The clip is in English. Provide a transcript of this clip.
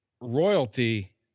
royalty